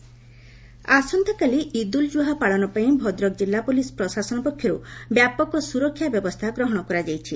Eid ul Zuha police ଆସନ୍ତାକାଲି ଇଦ୍ଉଲ୍କୁହା ପାଳନ ପାଇଁ ଭଦ୍ରକ ଜିଲ୍ଲା ପୁଲିସ ପ୍ରଶାସନ ପକ୍ଷରୁ ବ୍ୟାପକ ସୁରକ୍ଷା ବ୍ୟବସ୍ରା ଗ୍ରହଣ କରାଯାଇଛି